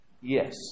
Yes